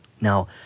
Now